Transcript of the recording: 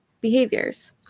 behaviors